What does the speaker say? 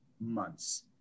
months